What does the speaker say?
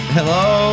Hello